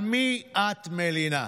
על מי את מלינה?